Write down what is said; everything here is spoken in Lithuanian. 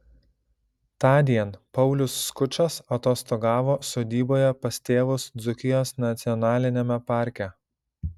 tądien paulius skučas atostogavo sodyboje pas tėvus dzūkijos nacionaliniame parke